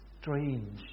strange